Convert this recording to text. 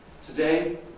Today